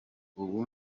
ubu